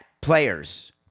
players